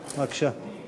בבקשה.